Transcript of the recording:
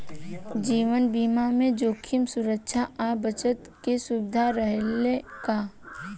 जीवन बीमा में जोखिम सुरक्षा आ बचत के सुविधा रहेला का?